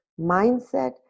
mindset